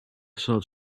shots